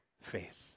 faith